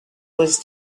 was